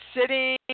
sitting